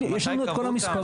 יש לנו את כל המספרים.